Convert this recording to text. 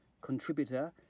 contributor